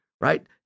right